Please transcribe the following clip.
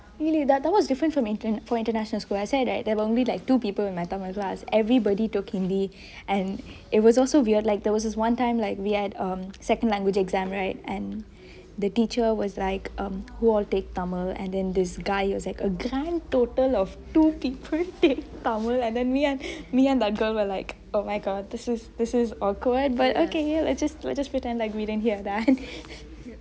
really that was different from for international school I said right there were only two people in my tamil class everybody took hindi and it was also weird like there was this one time like we had um second language exam and the teacher was like who all take tamil and then this guy was like a grand total of two people take tamil and then me me and that girl were like oh my god this is awkward but let's just pretend that we did not hear that